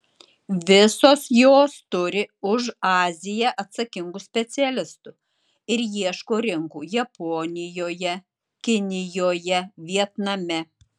visos jos turi už aziją atsakingų specialistų ir ieško rinkų japonijoje kinijoje vietname